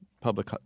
public